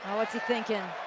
what's he thinking?